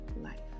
life